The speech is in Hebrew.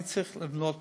אני צריך לבנות מחלקה,